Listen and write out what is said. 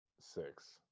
Six